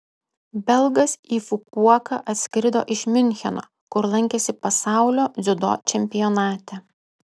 belgas į fukuoką atskrido iš miuncheno kur lankėsi pasaulio dziudo čempionate